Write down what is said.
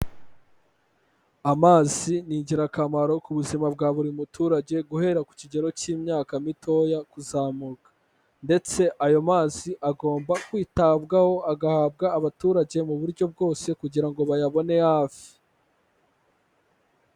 Amazi ni ingirakamaro ku buzima bwa buri muturage guhera ku kigero cy'imyaka mitoya kuzamuka ndetse ayo mazi agomba kwitabwaho, agahabwa abaturage mu buryo bwose kugira ngo bayabone hafi.